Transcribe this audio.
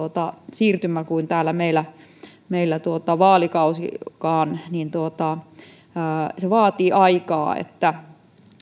siirtymä kuin täällä meillä meillä vaalikausikaan vaatii aikaa niin että